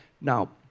Now